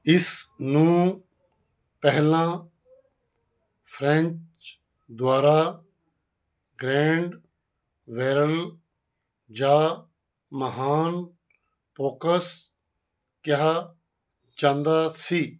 ਇਸਨੂੰ ਪਹਿਲਾਂ ਫ੍ਰੈਂਚ ਦੁਆਰਾ ਗ੍ਰੈਂਡ ਵੇਰੋਲ ਜਾਂ ਮਹਾਨ ਪੋਕਸ ਕਿਹਾ ਜਾਂਦਾ ਸੀ